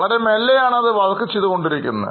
വളരെ മേലെയാണ് വർക്ക് ചെയ്തുകൊണ്ടിരിക്കുന്നത്